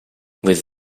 with